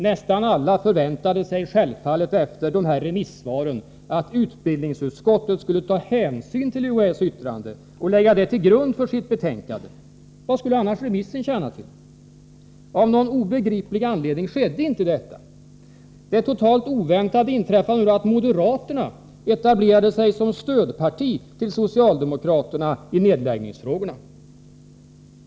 Nästan alla förväntade sig självfallet efter dessa remissvar att utbildningsutskottet skulle ta hänsyn till UHÄ:s yttrande och lägga detta till grund för sitt betänkande. Vad skulle annars remissen tjäna till? Av någon obegriplig anledning skedde inte detta. Det totalt oväntade inträffade nu att moderaterna etablerade sig som stödparti till socialdemokraterna i nedläggningsfrågorna.